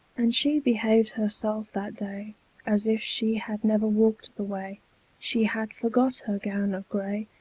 and she behaved herself that day as if she had never walkt the way she had forgot her gowne of gray,